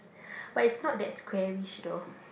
but it's not that squarish though